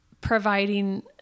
providing